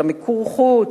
של מיקור-החוץ,